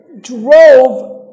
drove